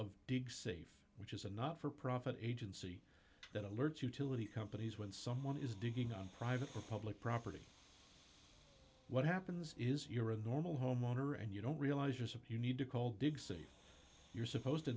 of digg safe which is a not for profit agency that alerts utility companies when someone is digging on private or public property what happens is you're a normal homeowner and you don't realize just you need to call digs that you're supposed to